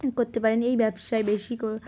করতে পারেন এই ব্যবসায় বেশি